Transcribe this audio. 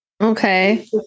Okay